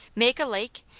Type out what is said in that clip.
make a lake?